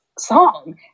song